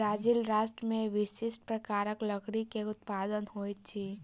Brazil राष्ट्र में विशिष्ठ प्रकारक लकड़ी के उत्पादन होइत अछि